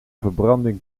verbranding